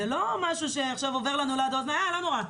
זה לא משהו שעכשיו עובר לנו ליד האוזן ואנחנו אומרים שזה לא נורא.